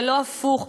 ולא הפוך.